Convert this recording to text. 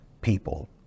people